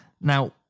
Now